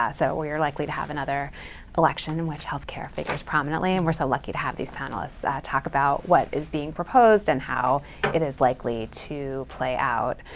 ah so we're likely to have another election in which health care figures prominently. and we're so lucky to have these panelists talk about what is being proposed, and how it is likely to play out.